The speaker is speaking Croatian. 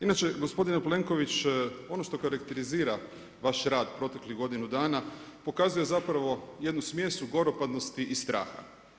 Inače gospodine Plenković, ono što karakterizira vaš rad proteklih godinu dana pokazuje zapravo jednu smjesu goropadnosti i straha.